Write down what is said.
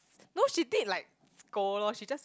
no she did like scold lor she just